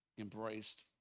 embraced